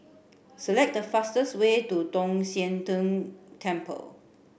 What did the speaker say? select the fastest way to Tong Sian Tng Temple